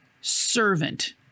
servant